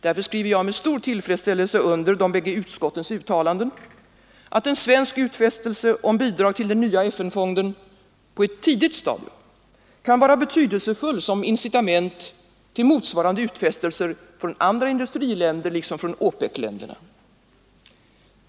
Därför skriver jag med stor tillfredsställelse under de bägge utskottens uttalanden, att en svensk utfästelse om bidrag till den nya FN-fonden på ett tidigt stadium kan vara betydelsefull som incitament till motsvarande utfästelser från andra i-länder liksom från OPEC-länderna.